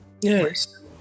Yes